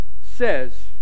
says